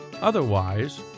Otherwise